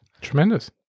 Tremendous